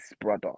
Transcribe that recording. brother